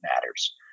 matters